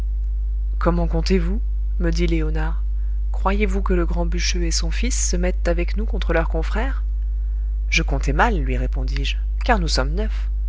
comment comptez-vous me dit léonard croyez-vous que le grand bûcheux et son fils se mettent avec nous contre leurs confrères je comptais mal lui répondis-je car nous sommes neuf